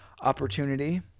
opportunity